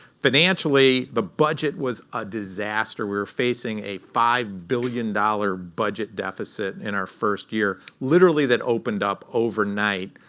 financially, the budget was a disaster. we were facing a five billion dollars budget deficit in our first year, literally, that opened up overnight.